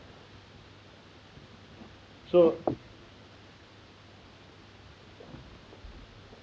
so